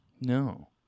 No